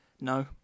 No